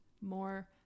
more